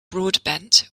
broadbent